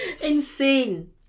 Insane